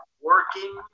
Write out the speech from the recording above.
working